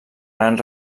gran